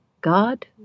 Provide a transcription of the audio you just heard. God